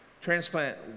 transplant